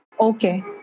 Okay